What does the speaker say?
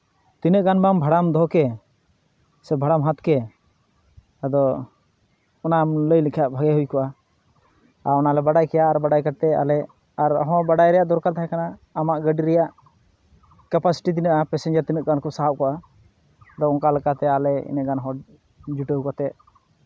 ᱛᱤᱱᱟᱹᱜ ᱜᱟᱱ ᱵᱟᱝ ᱵᱷᱟᱲᱟᱢ ᱫᱚᱦᱚ ᱠᱮ ᱥᱮ ᱵᱷᱟᱲᱟᱢ ᱦᱟᱛᱟᱣ ᱠᱮ ᱟᱫᱚ ᱚᱱᱟᱢ ᱞᱟᱹᱭ ᱞᱮᱠᱷᱟᱱ ᱵᱷᱟᱜᱮ ᱦᱩᱭ ᱠᱚᱜᱼᱟ ᱟᱨ ᱚᱱᱟᱞᱮ ᱵᱟᱲᱟᱭ ᱠᱮᱭᱟ ᱟᱨ ᱵᱟᱲᱟᱭ ᱠᱟᱛᱮᱫ ᱟᱞᱮ ᱟᱨᱦᱚᱸ ᱵᱟᱲᱟᱭ ᱨᱮᱭᱟᱜ ᱫᱚᱨᱠᱟᱨ ᱛᱟᱦᱮᱸ ᱠᱟᱱᱟ ᱟᱢᱟᱜ ᱜᱟᱹᱰᱤ ᱨᱮᱭᱟᱜ ᱠᱮᱯᱟᱥᱤᱴᱤ ᱛᱤᱱᱟᱹᱜᱼᱟ ᱯᱮᱥᱮᱧᱡᱟᱨ ᱛᱤᱱᱟᱹᱜ ᱜᱟᱱ ᱠᱚ ᱥᱟᱦᱚᱵᱜᱼᱟ ᱵᱟ ᱚᱱᱠᱟ ᱞᱮᱠᱟᱛᱮ ᱟᱞᱮ ᱩᱱᱟᱹᱜ ᱜᱟᱱ ᱦᱚᱲ ᱡᱩᱴᱟᱹᱣ ᱠᱟᱛᱮᱫ